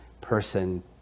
person